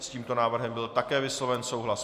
S tímto návrhem byl také vysloven souhlas.